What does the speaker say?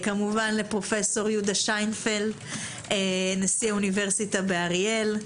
כמובן לפרופ' יהודה שיינפלד נשיא האוניברסיטה באריאל,